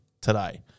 today